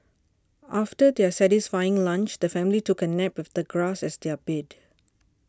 after their satisfying lunch the family took a nap with the grass as their bed